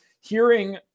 hearing